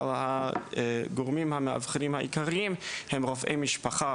אבל הגורמים המאבחנים העיקריים הם רופאי משפחה,